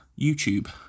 YouTube